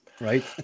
right